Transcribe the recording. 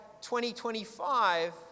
2025